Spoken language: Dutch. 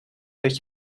dat